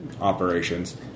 operations